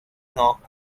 north